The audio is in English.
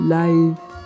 life